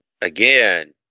again